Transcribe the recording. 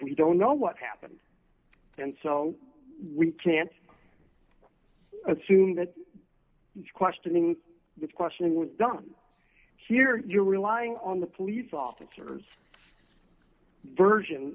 we don't know what happened and so we can't assume that questioning the questioning was done here you're relying on the police officers version